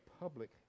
public